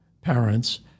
parents